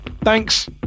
Thanks